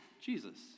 Jesus